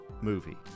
movie